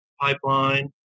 pipeline